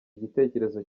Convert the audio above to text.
gitekerezo